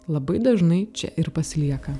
labai dažnai čia ir pasilieka